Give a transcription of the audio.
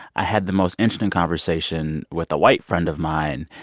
i had the most interesting conversation with a white friend of mine.